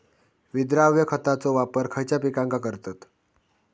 विद्राव्य खताचो वापर खयच्या पिकांका करतत?